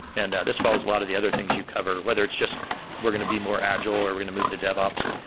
and this follows a lot of the other things you cover, whether it's just we're going to be more agile, or we're going to move to devops,